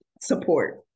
support